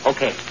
Okay